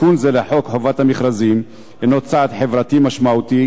תיקון זה לחוק חובת המכרזים הוא צעד חברתי משמעותי